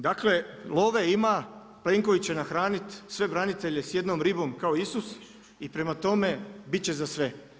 Dakle love ima, Plenković će nahraniti sve branitelje sa jednom ribom kao Isus i prema tome biti će za sve.